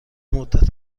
مدت